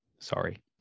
Sorry